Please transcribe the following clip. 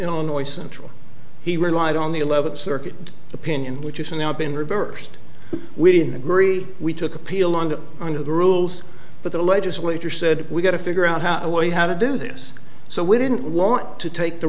illinois central he relied on the eleventh circuit opinion which is now been reversed we didn't agree we took appeal under under the rules but the legislature said we've got to figure out how a way how to do this so we didn't want to take the